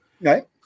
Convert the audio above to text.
right